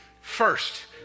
first